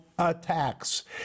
attacks